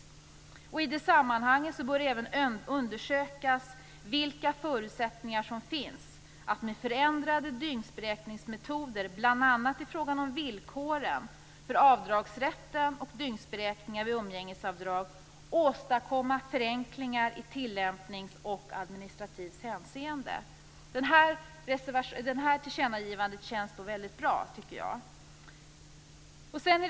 I det sammanhanget bör även undersökas vilka förutsättningar som finns att med förändrade dygnsberäkningsmetoder bl.a. i fråga om villkoren för avdragsrätten och dygnsberäkningen vid umgängesavdrag åstadkomma förenklingar i tillämpnings och administrativt hänseende. Det här tillkännagivandet känns väldigt bra.